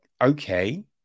okay